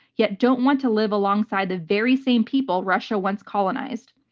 yet don't want to live alongside the very same people russia once colonized.